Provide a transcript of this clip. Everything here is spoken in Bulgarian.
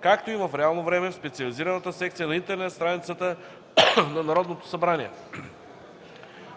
както и в реално време в специализираната секция на интернет страницата на Народното събрание.